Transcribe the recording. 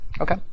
Okay